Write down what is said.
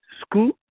school